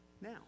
now